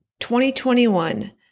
2021